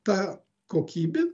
tą kokybę